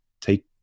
take